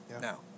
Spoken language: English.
now